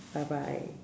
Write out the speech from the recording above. bye bye